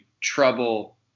trouble